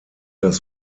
das